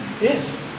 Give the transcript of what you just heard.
Yes